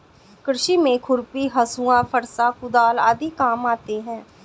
कृषि में खुरपी, हँसुआ, फरसा, कुदाल आदि काम आते है